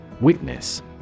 Witness